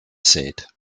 said